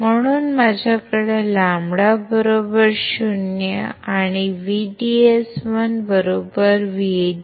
म्हणून माझ्याकडे λ 0 आणि VDS1VDS2